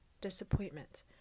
disappointment